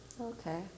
Okay